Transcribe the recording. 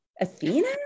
Athena